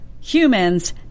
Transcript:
humans